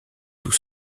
tout